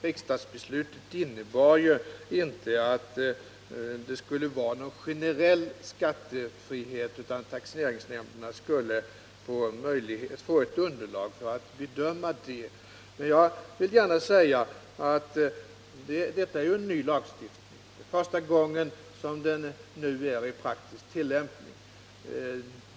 Riksdagsbeslutet innebar inte någon generell skattefrihet, utan taxeringsnämnderna skulle få ett underlag för att bedöma det. Detta är ju en ny lagstiftning. Det här är första gången som den är i praktisk tillämpning.